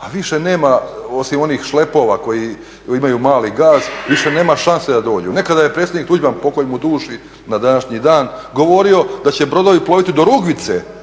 a više nema osim onih šlepova koji imaju mali gas, više nema šanse da dođu. Nekada je predsjednik Tuđman, pokoj mu duši na današnji dan, govorio da će brodovi ploviti do Rugvice,